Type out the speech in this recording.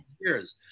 years